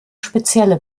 spezielle